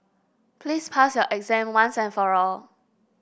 please pass your exam once and for all